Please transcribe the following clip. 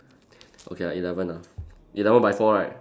okay ah eleven ah eleven by four right